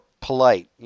polite